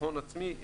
הון עצמי,